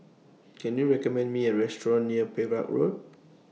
Can YOU recommend Me A Restaurant near Perak Road